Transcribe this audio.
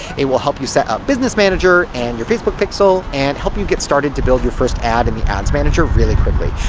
it will help you set up business manager and your facebook pixel and help you get started to build your first ad in the ads manager really quickly.